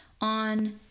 on